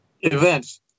events